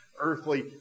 earthly